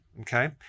Okay